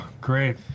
great